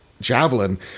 javelin